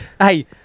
Hey